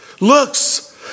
Looks